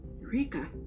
Eureka